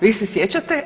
Vi se sjećate?